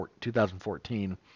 2014